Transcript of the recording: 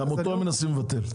הם מנסים תמיד לבטל אותו.